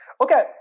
Okay